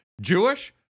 Jewish